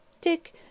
Dick